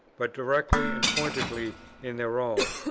but directly and pointedly in their own.